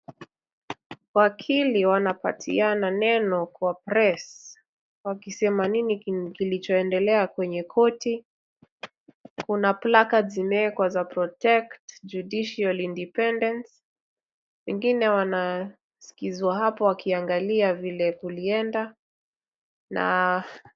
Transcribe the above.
Wakili wanapatiana neno kwa press wakisema nini kilichoendelea kwenye koti. Kuna placards zimewekwa za protect judicial independence wengine wanasikilizwa hapo wakiangalia vile kulienda na...